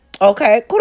Okay